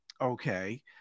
Okay